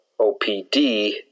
OPD